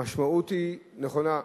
המשמעות היא נכונה.